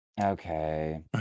Okay